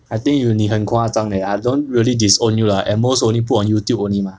I think you 你很夸张 leh I don't really disown you lah at most only put on YouTube only mah